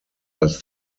als